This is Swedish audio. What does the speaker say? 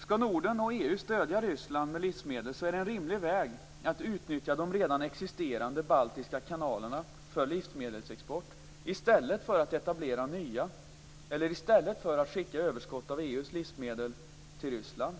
Skall Norden och EU stödja Ryssland med livsmedel är en rimlig väg att utnyttja de redan existerande baltiska kanalerna för livsmedelsexport i stället för att etablera nya, eller i stället för att skicka överskott av EU:s livsmedel till Ryssland.